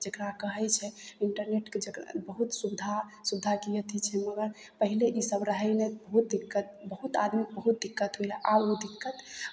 जकरा कहै छै इंटरनेटके जकरा बहुत सुविधा सुविधाके लिए अथी छै मगर पहिले ईसभ रहय नहि बहुत दिक्कत बहुत आदमीके बहुत दिक्कत होइत रहय आब ओ दिक्कत